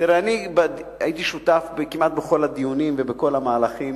אני הייתי שותף כמעט בכל הדיונים ובכל המהלכים